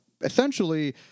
essentially